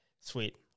Sweet